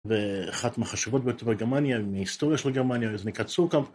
ואחת מהחשובות ביותר בגרמניה, מההיסטוריה של גרמניה, זה נקרא .